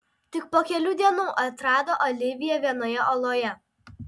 tik po kelių dienų atrado oliviją vienoje oloje